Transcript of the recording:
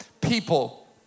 people